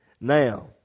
Now